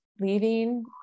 leaving